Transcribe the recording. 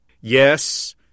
Yes